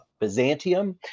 Byzantium